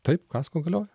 taip kasko galioja